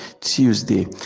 Tuesday